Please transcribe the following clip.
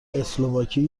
اسلواکی